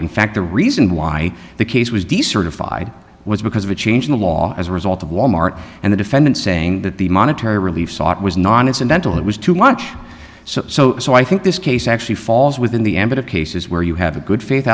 in fact the reason why the case was decertified was because of a change in the law as a result of walmart and the defendant saying that the monetary relief sought was not incidental it was too much so so so i think this case actually falls within the ambit of cases where you have a good faith